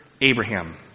Abraham